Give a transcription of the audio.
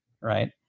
right